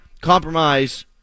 Compromise